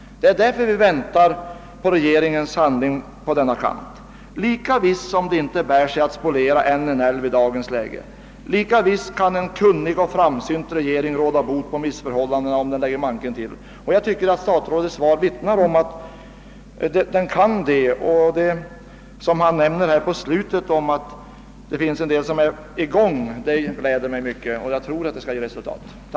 Därför väntar vi på att regeringen handlar. Lika visst som det inte bär sig att spoliera ännu en älv, lika visst kan en kunnig och framsynt regering råda bot på missförhållandena om den lägger manken till. Jag tycker att statsrådets svar vittnar om att den kommer att göra det; han säger i slutet av svaret att man för närvarande arbetar med en del projekt. Det gläder mig mycket, och jag tror att det skall ge resultat.